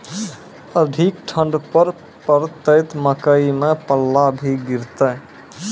अधिक ठंड पर पड़तैत मकई मां पल्ला भी गिरते?